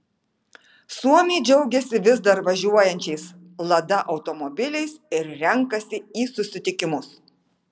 suomiai džiaugiasi vis dar važiuojančiais lada automobiliais ir renkasi į susitikimus